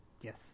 yes